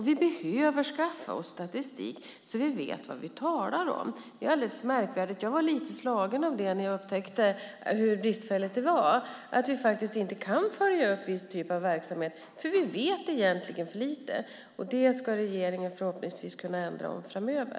Vi behöver skaffa oss statistik, så att vi vet vad vi talar om. Det är alldeles märkvärdigt, och jag var lite slagen av det när jag upptäckte hur bristfälligt det faktiskt var: Vi kan inte följa upp viss typ av verksamhet eftersom vi egentligen vet för lite. Det ska regeringen förhoppningsvis kunna ändra på framöver.